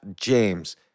James